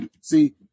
See